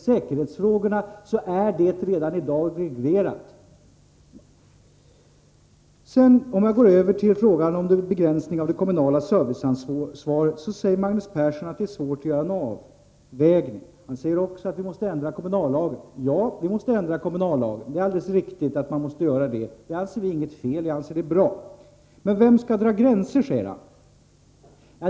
Säkerhetsfrågorna är redan i dag reglerade. Om vi sedan övergår till frågan om det kommunala serviceansvaret, säger Magnus Persson att det är svårt att göra en avvägning. Han säger också att vi måste ändra kommunallagen. Ja, vi måste ändra kommunallagen. Det är alldeles riktigt. Vi anser inte att det är fel utan riktigt att göra på detta sätt. Men vem skall dra gränser? frågar Magnus Persson.